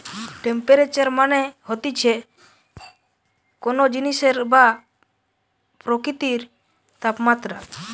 temperature মানে হতিছে কোন জিনিসের বা প্রকৃতির তাপমাত্রা